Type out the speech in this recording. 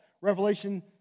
Revelation